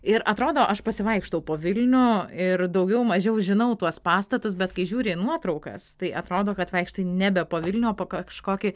ir atrodo aš pasivaikštau po vilnių ir daugiau mažiau žinau tuos pastatus bet kai žiūri į nuotraukas tai atrodo kad vaikštai nebe po vilnių o po kažkokį